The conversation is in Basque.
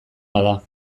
bada